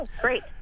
great